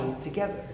together